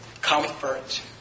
comfort